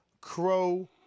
Crow